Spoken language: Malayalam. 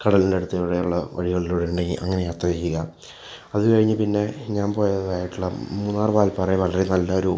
കടലിനടുത്തൂടെയുള്ള വഴികളിലൂടെ ഉണ്ടെങ്കിൽ അങ്ങനെ യാത്ര ചെയ്യുക അത് കഴിഞ്ഞ് പിന്നെ ഞാൻ പോയതായിട്ടുള്ള മൂന്നാർ വാൽപ്പാറ വളരെ നല്ല ഒരു